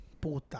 puta